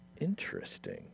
Interesting